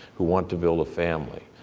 who want to build a family,